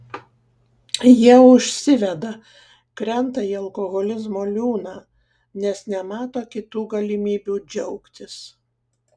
jie užsiveda krenta į alkoholizmo liūną nes nemato kitų galimybių džiaugtis